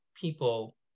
people